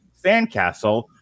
Sandcastle